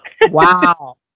Wow